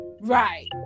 Right